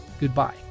Goodbye